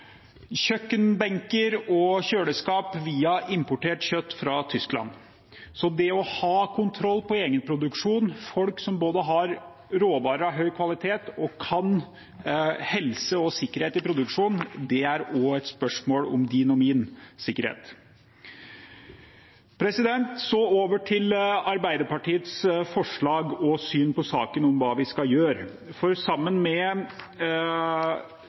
kjøkkenbenker og i kjøleskap via importert kjøtt fra Tyskland. Så det å ha kontroll på egenproduksjon, folk som både har råvarer av høy kvalitet og kan helse og sikkerhet i produksjon, er også et spørsmål om din og min sikkerhet. Så over til Arbeiderpartiets forslag og syn på saken om hva vi skal gjøre, for